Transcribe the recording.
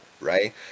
right